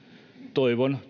toivon